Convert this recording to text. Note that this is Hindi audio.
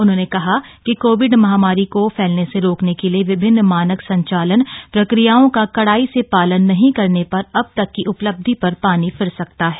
उन्होंने कहा कि कोविड महामारी को फैलने से रोकने के लिए विभिन्न मानक संचालन प्रक्रियाओं का कडाई से पालन नहीं करने पर अब तक की उपलब्धि पर पानी फिर सकता है